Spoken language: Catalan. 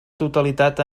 totalitat